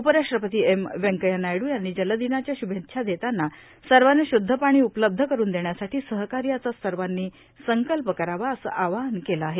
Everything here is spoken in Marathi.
उपराष्ट्रपती एम व्यंकय्या नायडू यांनी जर्लादनाच्या शुभेच्छा देताना सवाना शुद्ध पाणी उपलब्ध करुन देण्यासाठी सहकायाचा सवानी संकल्प करावा असं आवाहन केलं आहे